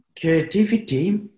creativity